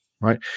right